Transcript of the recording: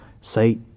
say